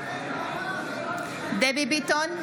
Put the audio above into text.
נגד דבי ביטון,